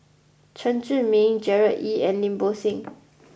Chen Zhiming Gerard Ee and Lim Bo Seng